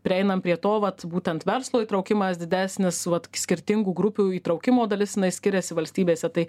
prieinam prie to vat būtent verslo įtraukimas didesnis vat skirtingų grupių įtraukimo dalis nes jinai skiriasi valstybėse tai